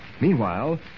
Meanwhile